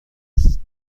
است